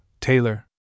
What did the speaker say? Taylor